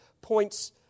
points